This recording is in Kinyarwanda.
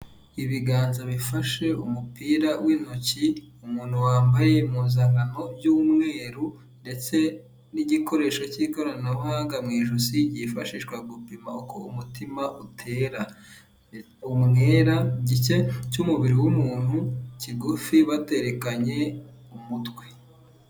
Ibiganza bifashe umupira w'intoki, umuntu wambaye impuzankano y'umweru ndetse n'igikoresho cy'ikoranabuhanga mu ijosi, yifashishwa gupima uko umutima utera, umwera gice cy'umubiri w'umuntu kigufi baterekanye umutwe.